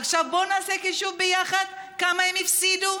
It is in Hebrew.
ועכשיו בואו נעשה חישוב ביחד כמה הם הפסידו: